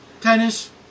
tennis